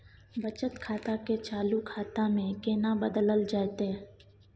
बचत खाता के चालू खाता में केना बदलल जेतै?